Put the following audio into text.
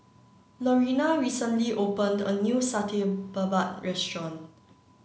Lorena recently opened a new Satay Babat Restaurant